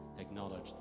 acknowledge